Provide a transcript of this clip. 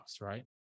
right